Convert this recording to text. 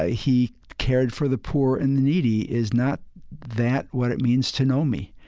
ah he cared for the poor and the needy is not that what it means to know me?